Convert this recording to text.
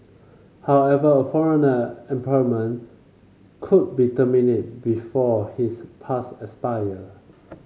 however a foreigner employment could be terminated before his pass expire